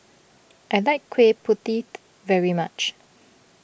I like Kui Putih very much